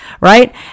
right